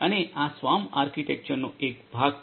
અને આ સ્વામ્પ આર્કીટેક્ચરનો એક ભાગ છે